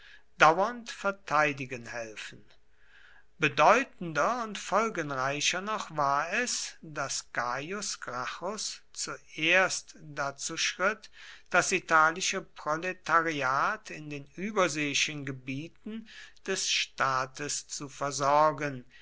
dauernd verteidigen helfen bedeutender und folgenreicher noch war es daß gaius gracchus zuerst dazu schritt das italische proletariat in den überseeischen gebieten des staats zu versorgen